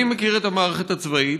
אני מכיר את המערכת הצבאית,